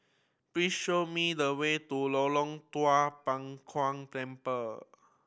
please show me the way to Tua Pek Kong Temple